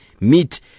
meet